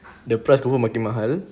the price confirm makin mahal